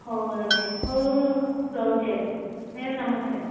ହେଉ ଆଜ୍ଞା ହେଉ ରହୁଛି ଆଜ୍ଞା ଆଜ୍ଞା ନମସ୍କାର